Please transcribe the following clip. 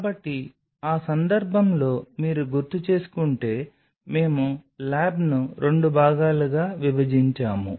కాబట్టి ఆ సందర్భంలో మీరు గుర్తు చేసుకుంటే మేము ల్యాబ్ను 2 భాగాలుగా విభజించాము